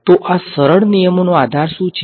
તો આ સરળ નિયમોનો આધાર શું છે